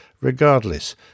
Regardless